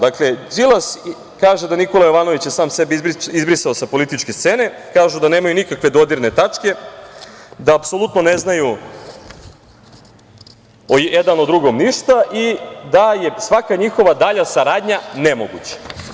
Dakle, Đilas kaže da je Nikola Jovanović sam sebe izbrisao sa političke scene, kaže da nemaju nikakve dodirne tačke, da apsolutno ne znaju jedan o drugom ništa i da je svaka njihova dalja saradnja nemoguća.